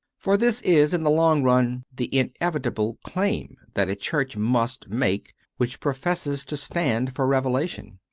for this is, in the long run, the inevitable claim that a church must make which professes to stand for revelation.